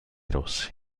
rossi